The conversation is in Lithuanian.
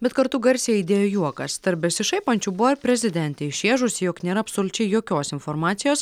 bet kartu garsiai aidėjo juokas tarp besišaipančių buvo ir prezidentė išrėžusi jog nėra absoliučiai jokios informacijos